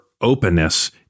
openness